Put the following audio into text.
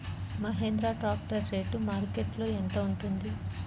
Mahindra tractor rate మార్కెట్లో యెంత ఉంటుంది?